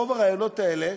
רוב הרעיונות האלה,